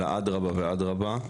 אלא עד רבה ועד רבה.